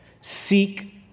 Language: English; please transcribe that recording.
seek